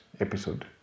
episode